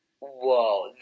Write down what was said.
Whoa